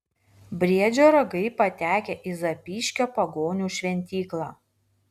briedžio ragai patekę į zapyškio pagonių šventyklą